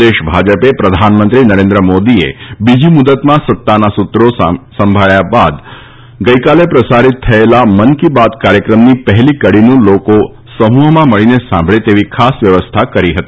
પ્રદેશ ભાજપે પ્રધાનમંત્રી નરેન્દ્ર મોદીએ બીજી મુદ્દતમાં સત્તાના સૂત્રી સંભાળ્યા છે ત્યાર પછી ગઈકાલે પ્રસારીત થયેલા મન કી બાત કાર્યક્રમની પહેલી કડીનું લોકો સમુહ મળીને સાંભળે તેવી ખાસ વ્યવસ્થા કરી હતી